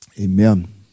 Amen